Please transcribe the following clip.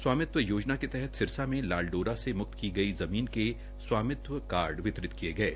स्वामित्व योजना के तहत सिरसा में लाल डोरा से म्क्त की गई ज़मीन के स्वामित्व कार्ड वितरित किये गये